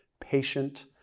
patient